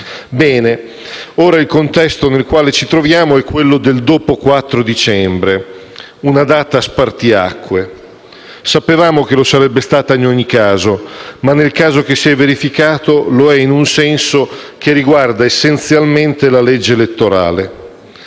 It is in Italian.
Bene, ora il contesto nel quale ci troviamo è quello del dopo 4 dicembre 2016, una data spartiacque. Sapevamo che lo sarebbe stata in ogni caso, ma nel caso che si è verificato lo è in un senso che riguarda essenzialmente la legge elettorale.